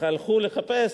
הלכו לחפש,